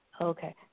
Okay